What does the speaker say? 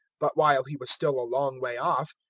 but while he was still a long way off,